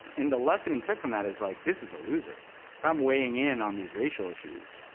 and the lesson he took from that is, like, this is a loser. if i'm weighing in on these racial issues,